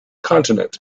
continent